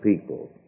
people